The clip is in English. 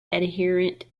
adherent